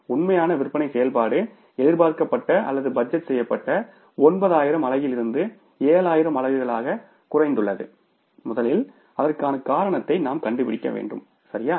உண்மையான விற்பனை செயல்பாடு எதிர்பார்க்கப்பட்ட அல்லது பட்ஜெட் செய்யப்பட்ட 9000 அலகிலிருந்து 7000 அலகுகளாக குறைந்துள்ளது முதலில் அதற்கான காரணத்தை நாம் கண்டுபிடிக்க வேண்டும் சரியா